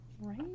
Right